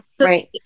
right